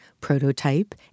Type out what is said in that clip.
prototype